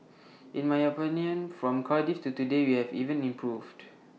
in my opinion from Cardiff to today we have even improved